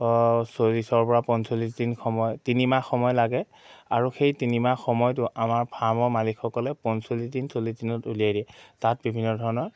চল্লিছৰ পৰা পঞ্চল্লিছ দিন সময় তিনিমাহ সময় লাগে আৰু সেই তিনিমাহ সময়টো আমাৰ ফাৰ্মৰ মালিকসকলে পঞ্চল্লিছ দিন চল্লিছ দিনত উলিয়াই দিয়ে তাত বিভিন্ন ধৰণৰ